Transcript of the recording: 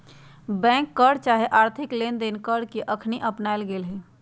bank कर चाहे आर्थिक लेनदेन कर के अखनी अपनायल न गेल हइ